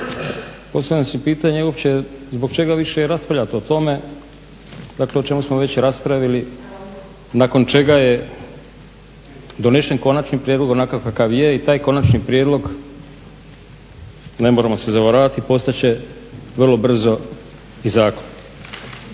Postavljam si pitanje uopće zbog čega više raspravljati o tome, dakle o čemu smo već raspravili nakon čega je donesen konačni prijedlog onakav kakav je i taj konačni prijedlog ne moramo se zavaravati postat će vrlo brzo i zakon.